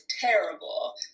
terrible